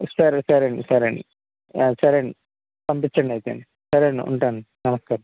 సరే సరేండి సరేండి సరేండి పంపించండి అయితే సరేండి ఉంటాను నమస్కారం